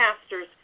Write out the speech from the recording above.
Pastors